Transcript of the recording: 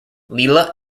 leela